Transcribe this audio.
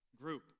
group